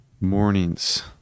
mornings